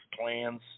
plans